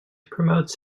promotes